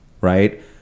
right